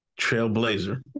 Trailblazer